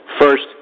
First